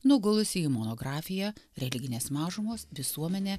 nugulusi į monografiją religinės mažumos visuomenė